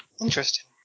Interesting